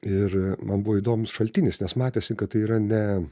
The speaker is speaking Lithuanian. ir man buvo įdomus šaltinis nes matėsi kad tai yra ne